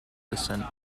descent